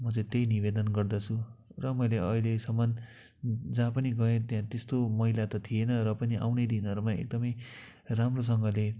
म चाहिँ त्यही निवेदन गर्दछु र मैले अहिलेसम्म जहाँ पनि गएँ त्यहाँ त्यस्तो मैला त थिएन र पनि आउने दिनहरूमा एकदमै राम्रोसँगले